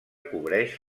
cobreix